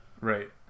Right